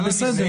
זה בסדר.